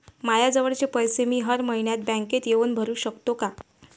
मायाजवळचे पैसे मी हर मइन्यात बँकेत येऊन भरू सकतो का?